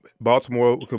Baltimore